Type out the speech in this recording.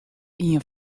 ien